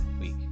week